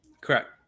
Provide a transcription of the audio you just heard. Correct